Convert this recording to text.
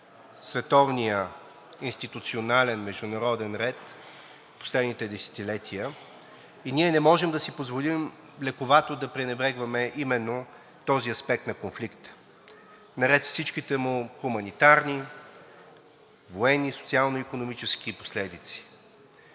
световния институционален международен ред в последните десетилетия и ние не можем да си позволим лековато да пренебрегваме именно този аспект на конфликта наред с всичките му хуманитарни, военни, социално-икономически последици.